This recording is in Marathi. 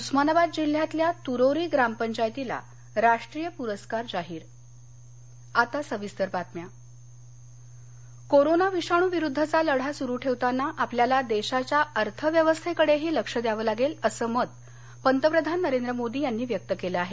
उस्मानावाद जिल्ह्यातल्या तुरोरी ग्रामपंचायतीला राष्ट्रीय पुरस्कार जाहीर पंतप्रधान कोरोना विषाणू विरुद्धचा लढा सुरू ठेवताना आपल्याला देशाच्या अर्थव्यवस्थेकडेही लक्ष द्यावं लागेल असं मत पंतप्रधान नरेंद मोदी यांनी व्यक्त केलं आहे